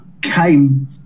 came